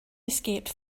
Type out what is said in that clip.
escaped